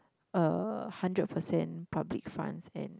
uh hundred percent public funds and